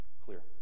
clear